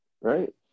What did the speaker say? right